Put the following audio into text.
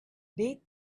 beat